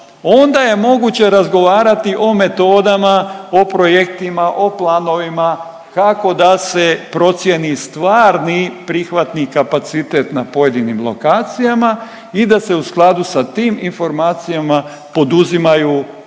onda je moguće razgovarati o metodama, o projektima, o planovima kako da se procjeni stvarni prihvatni kapacitet na pojedinim lokacijama i da se u skladu sa tim informacijama poduzimaju